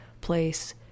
place